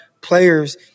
players